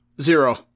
Zero